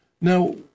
now